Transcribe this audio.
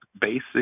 basic